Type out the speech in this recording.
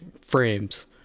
frames